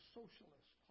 socialist